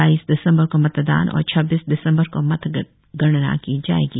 बाईस दिसंबर को मतदान और छब्बीस दिसंबर को मतगणना की जाएगी